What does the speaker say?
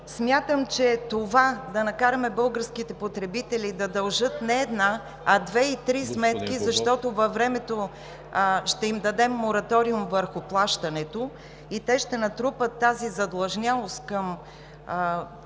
Смятам, че това да накараме българските потребители да дължат не една, а две и три сметки, защото във времето ще им дадем мораториум върху плащането и те ще натрупат тази задлъжнялост към